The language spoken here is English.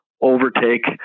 overtake